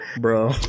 Bro